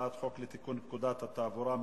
הצעת חוק לתיקון פקודת התעבורה (מס'